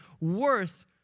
worth